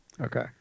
Okay